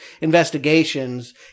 investigations